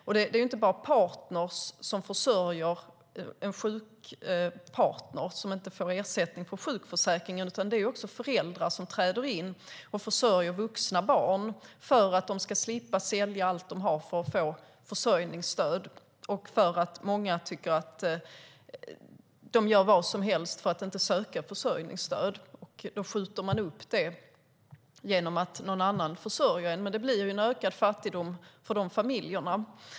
Det är inte alltid bara en partner som försörjer sin sjuka partner som inte får ersättning från sjukförsäkringen, utan det gäller även föräldrar som träder in och försörjer vuxna barn för att dessa ska slippa sälja allt de har för att få försörjningsstöd. Många gör vad som helst för att inte behöva söka försörjningsstöd. Man skjuter upp det genom att någon annan försörjer en. Då blir det en ökad fattigdom i sådana familjer.